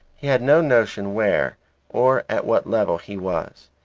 he had no notion where or at what level he was.